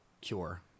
cure